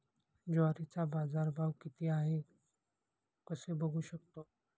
ज्वारीचा बाजारभाव किती आहे कसे बघू शकतो?